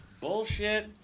Bullshit